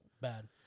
Bad